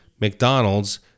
McDonald's